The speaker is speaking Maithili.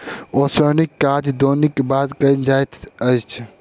ओसौनीक काज दौनीक बाद कयल जाइत अछि